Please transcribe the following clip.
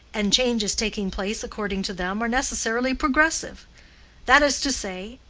and changes taking place according to them are necessarily progressive that is to say,